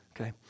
okay